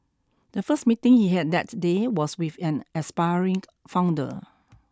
the first meeting he had that day was with an aspiring founder